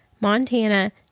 Montana